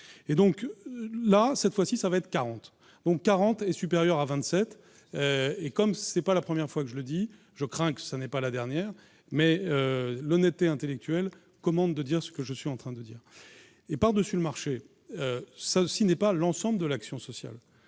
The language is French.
et donc là cette fois-ci, ça va être 40 dont 40 est supérieur à 27 et comme ce n'est pas la première fois que je le dis, je crains que ça n'est pas la dernière, mais l'honnêteté intellectuelle commande de dire ce que je suis en train de dire, et par dessus le marché, ça aussi, n'est pas l'ensemble de l'action sociale,